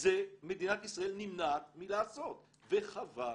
בזה מדינת ישראל נמנעת מלעסוק, וחבל.